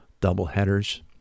doubleheaders